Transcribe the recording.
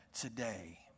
today